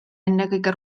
ennekõike